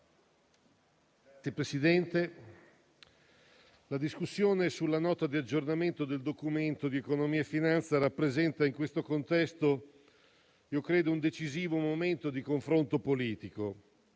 la discussione sulla Nota di aggiornamento del Documento di economia e finanza credo rappresenti, in questo contesto, un decisivo momento di confronto politico.